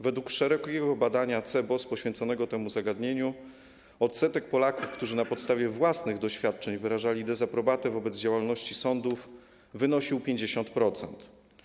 Według szerokiego badania CBOS poświęconego temu zagadnieniu odsetek Polaków, którzy na podstawie własnych doświadczeń wyrażali dezaprobatę wobec działalności sądów, wynosił 50%.